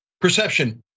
perception